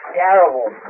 terrible